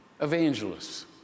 evangelists